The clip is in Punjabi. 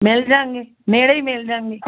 ਮਿਲ ਜਾਣਗੇ ਨੇੜੇ ਹੀ ਮਿਲ ਜਾਣਗੇ